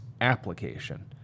application